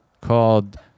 Called